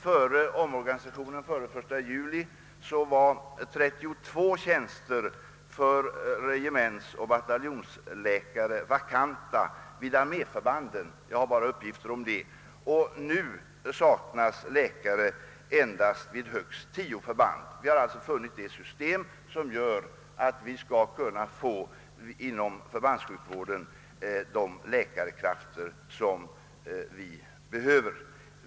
Före omorganisationen den 1 juli var 32 tjänster för regementsoch bataljonsläkare vakanta vid arméförbanden — jag har bara uppgifter om dem. För närvarande saknas läkare vid högst 10 förband. Vi har alltså funnit det system som gör att vi inom förbandssjukvården skall kunna få de läkarkrafter som vi behöver.